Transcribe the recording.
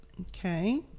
Okay